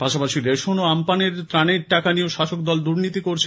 পাশাপাশি রেশন ও আমপানের ত্রাণের টাকা নিয়েও শাসক দল দুর্নীতি করেছে